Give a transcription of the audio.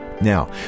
Now